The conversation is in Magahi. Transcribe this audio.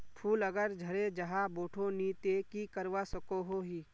फूल अगर झरे जहा बोठो नी ते की करवा सकोहो ही?